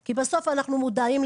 כי בסוף אנחנו מודעים,